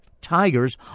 Tigers